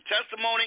testimony